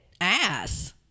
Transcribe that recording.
ass